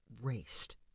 raced